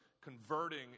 converting